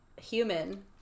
human